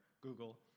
Google